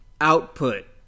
output